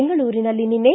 ಬೆಂಗಳೂರಿನಲ್ಲಿ ನಿನ್ನೆ